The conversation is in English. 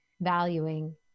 valuing